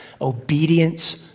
obedience